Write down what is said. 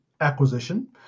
acquisition